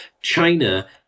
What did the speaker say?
China